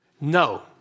No